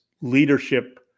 leadership